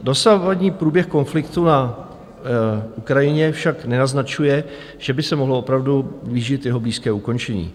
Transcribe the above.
Dosavadní průběh konfliktu na Ukrajině však nenaznačuje, že by se mohlo opravdu blížit jeho blízké ukončení.